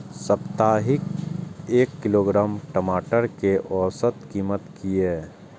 साप्ताहिक एक किलोग्राम टमाटर कै औसत कीमत किए?